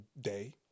day